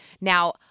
Now